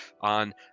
on